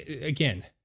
again